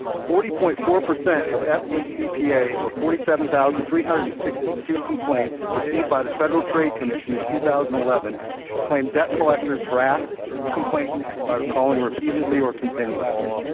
forty point four percent of fdcpa or forty seven thousand three hundred and sixty two complaints received by the federal trade commission in two thousand and eleven claim debt collectors harassed complainants by calling repeatedly or continuously.